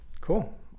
cool